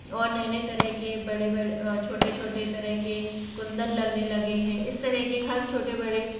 और नए नए तरह के बड़े बड़े छोटे छोटे तरह के कुंदन लगने लगे हैं इस तरह की हर छोटी बड़ी